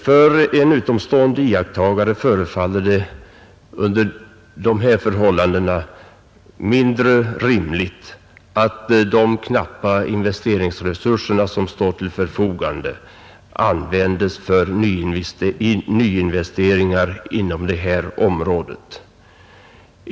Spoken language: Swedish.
För en utomstående iakttagare förefaller det under de här förhållandena mindre rimligt att de knappa investeringsresurser som står till förfogande används till nyinvesteringar inom det här området.